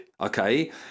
Okay